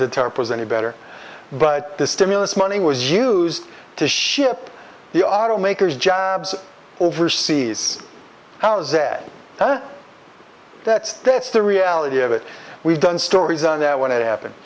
deter presented better but the stimulus money was used to ship the automakers jobs overseas how sad that that's that's the reality of it we've done stories on that when it happened